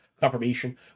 confirmation